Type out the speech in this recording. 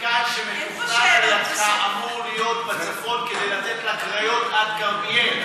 מתקן שאמור להיות בצפון כדי לתת לקריות עד כרמיאל.